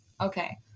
Okay